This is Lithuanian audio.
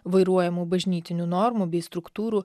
vairuojamų bažnytinių normų bei struktūrų